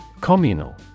Communal